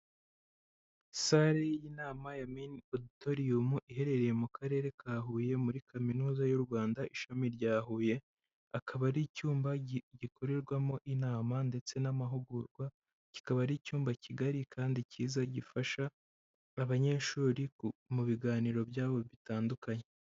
Sare y'inama ya Main Auditorium iherereye mu karere ka Huye muri kaminuza y'u Rwanda ishami rya Huye, akaba ari icyumba gikorerwamo inama ndetse n'amahugurwa, kikaba ari icyumba kigari kandi cyiza gifasha abanyeshuri mu biganiro byabo bitandukanye.